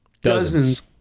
dozens